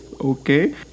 okay